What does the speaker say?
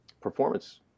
performance